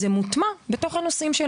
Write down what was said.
תחום הבריאות מוטמע בתוך הנושאים.